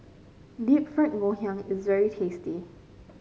Deep Fried Ngoh Hiang is very tasty